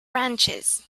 branches